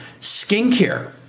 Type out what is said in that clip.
Skincare